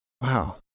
Wow